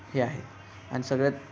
हे आहेत आणि सगळ्यात